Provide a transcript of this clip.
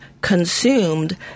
consumed